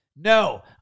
No